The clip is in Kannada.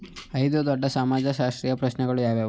ಐದು ದೊಡ್ಡ ಸಮಾಜಶಾಸ್ತ್ರೀಯ ಪ್ರಶ್ನೆಗಳು ಯಾವುವು?